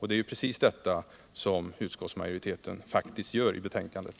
Det är precis detta utskottsmajoriteten faktiskt gör i betänkandet.